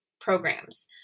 programs